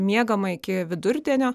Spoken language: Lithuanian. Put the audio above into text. miegama iki vidurdienio